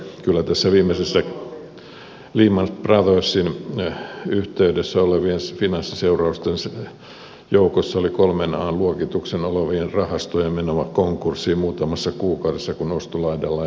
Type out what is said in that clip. kyllä tässä viimeisessä lehman brothersin yhteydessä olevien finanssiseurausten joukossa oli kolmen an luokituksen omaavien rahastojen menoa konkurssiin muutamassa kuukaudessa kun ostolaidalla ei ollut ketään